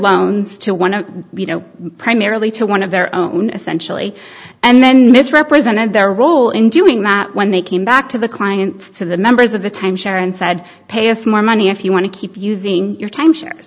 loans to one of you know primarily to one of their own essentially and then misrepresented their role in doing that when they came back to the client to the members of the timeshare and said pay us more money if you want to keep using your time shares